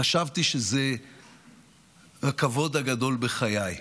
חשבתי שזה הכבוד הגדול בחיי.